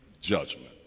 judgment